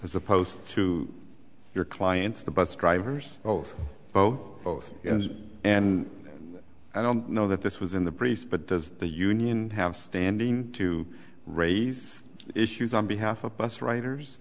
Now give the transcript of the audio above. as opposed to your clients the bus drivers both both both in and i don't know that this was in the briefs but does the union have standing to raise issues on behalf of bus riders